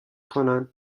کنن